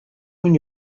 when